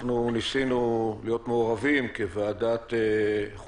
ניסינו להיות מעורבים כוועדת משנה של ועדת